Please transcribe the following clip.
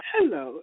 Hello